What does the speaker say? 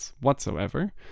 whatsoever